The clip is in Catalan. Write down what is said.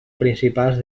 principals